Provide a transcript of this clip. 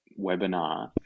webinar